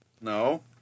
No